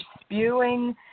spewing